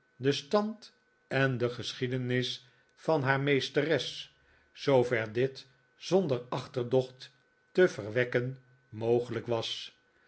den stand en de geschiedenis van haar meesteres zoover dit zonder achterdocht te verwekken mogelijk was